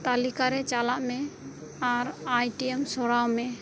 ᱛᱟᱞᱤᱠᱟ ᱨᱮ ᱪᱟᱞᱟᱜ ᱢᱮ ᱟᱨ ᱟᱭᱴᱮᱢ ᱥᱚᱨᱟᱣ ᱢᱮ